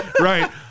Right